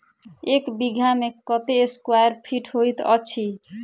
एक बीघा मे कत्ते स्क्वायर फीट होइत अछि?